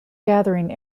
gathering